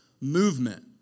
movement